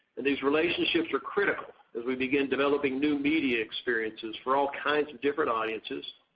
and these relationships are critical as we begin developing new media experiences for all kinds of different audiences.